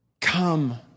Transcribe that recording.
Come